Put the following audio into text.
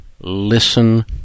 listen